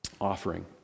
offering